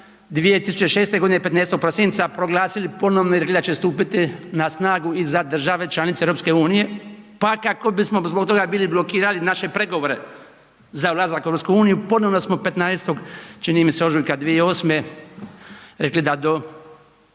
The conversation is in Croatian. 2006.g. 15. prosinca proglasili ponovno rekli da će stupiti na snagu i za države članice EU, pa kako bismo zbog toga bili blokirali naše pregovore za ulazak u EU, ponovno smo 15., čini mi se, ožujka 2008. rekli da do